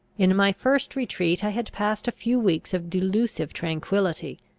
in my first retreat i had passed a few weeks of delusive tranquillity,